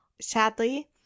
Sadly